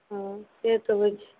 हँ से तऽ होइत छै